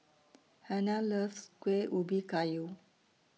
Hannah loves Kueh Ubi Kayu